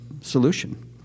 solution